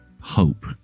hope